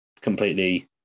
completely